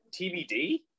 TBD